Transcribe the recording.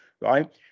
right